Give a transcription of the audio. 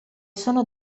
sono